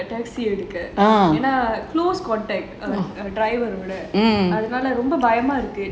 ஏனா அதுனால:yaenaa athunaala